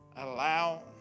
allow